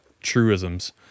truisms